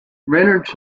reynolds